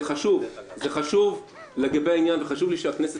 זה חשוב לגבי העניין וחשוב לי שהכנסת